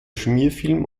schmierfilm